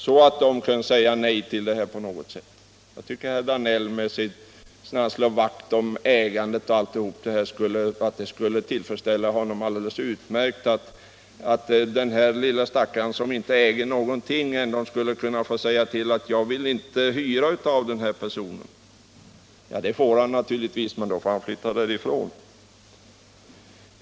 Jag tycker att det borde tillfredsställa herr Danell, som så gärna slår vakt om ägandet, att hjälpa även den som inte äger någonting, så att han åtminstone kunde få säga: Jag vill inte hyra av den här personen. Ja, det får han naturligtvis säga, men då får han också flytta ifrån sin lägenhet.